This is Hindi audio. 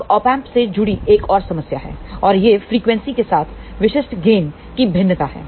अब Op Amp से जुड़ी एक और समस्या है और यह फ्रीक्वेंसी के साथ विशिष्ट गेन की भिन्नता है